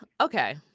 Okay